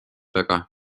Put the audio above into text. väga